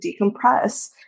decompress